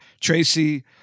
Tracy